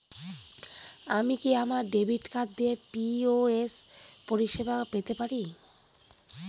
আমি কি আমার ডেবিট কার্ড দিয়ে পি.ও.এস পরিষেবা পেতে পারি?